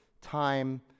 time